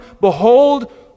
Behold